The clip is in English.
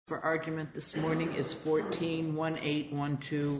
for argument this morning is fourteen one eight one two